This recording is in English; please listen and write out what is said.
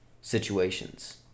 situations